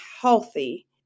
healthy